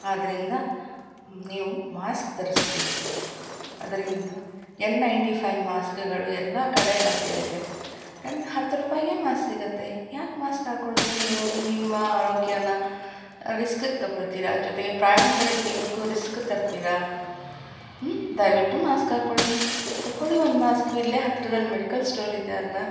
ಆದ್ದರಿಂದ ನೀವು ಮಾಸ್ಕ್ ಧರಿಸ್ಬೇಕು ಅದರಿಂದ ಎನ್ ನೈನ್ಟಿ ಫೈವ್ ಮಾಸ್ಕಗಳು ಎಲ್ಲ ಕಡೆ ಲಭ್ಯ ಇದೆ ಕಡಿಮೆ ಹತ್ತು ರೂಪಾಯಿಗೇ ಮಾಸ್ಕ್ ಸಿಗತ್ತೆ ಯಾಕೆ ಮಾಸ್ಕ್ ಹಾಕೊಳ್ದೆ ನೀವು ನಿಮ್ಮ ಆರೋಗ್ಯನ ರಿಸ್ಕಗೆ ತೊಗೊಳ್ತಿರ ಜೊತೆಗೆ ಪ್ರಯಾಣಿಕರ ಜೀವಕ್ಕೂ ರಿಸ್ಕ್ ತರ್ತಿರ ದಯವಿಟ್ಟು ಮಾಸ್ಕ್ ಹಾಕೊಳಿ ತೊಕೊಳ್ಳಿ ಒಂದು ಮಾಸ್ಕು ಇಲ್ಲೇ ಹತ್ರದಲ್ಲಿ ಮೆಡಿಕಲ್ ಸ್ಟೋರಿದೆ ಅಲ್ಲಾ